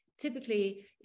Typically